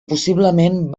possiblement